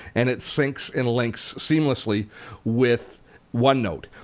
and it syncs and links seamlessly with one note.